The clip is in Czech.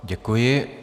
Děkuji.